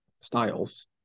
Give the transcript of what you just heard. styles